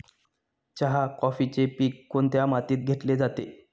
चहा, कॉफीचे पीक कोणत्या मातीत घेतले जाते?